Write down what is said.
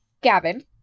Gavin